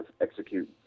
execute